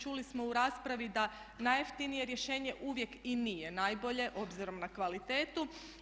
Čuli smo u raspravi da najjeftinije rješenje uvijek i nije najbolje, obzirom na kvalitetu.